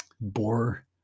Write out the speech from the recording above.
bore